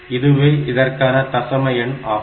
இதுவே இதற்கான தசம எண் ஆகும்